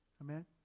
Amen